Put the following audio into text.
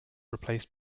replaced